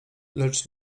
lecz